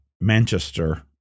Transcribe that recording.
Manchester